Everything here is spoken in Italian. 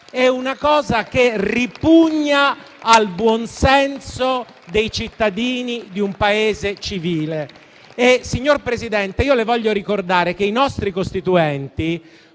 è una cosa che ripugna al buon senso dei cittadini di un Paese civile. Signor Presidente, io le voglio ricordare che, quando i nostri Costituenti